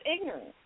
ignorance